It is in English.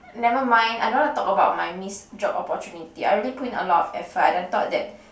never mind I don't want to talk about my missed job opportunity I already put in a lot of effort I then thought that